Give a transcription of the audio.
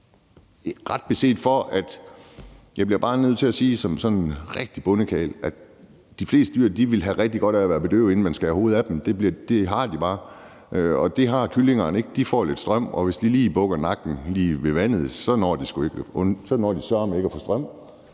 Jeg bliver bare nødt til at sige som sådan en rigtig bondekarl, at de fleste dyr har rigtig godt af at være bedøvet, inden man skærer hovedet af dem. Det har de bare. Det gælder ikke kyllingerne. De får lidt strøm, og hvis de lige bukker nakken lige ved vandet, så når de sørme ikke at få strøm,